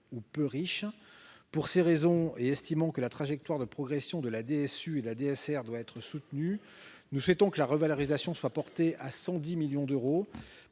ou peu riches. Pour ces raisons, estimant que la trajectoire de progression de la DSU et de la DSR doit être soutenue, nous souhaitons que la revalorisation soit portée à 110 millions d'euros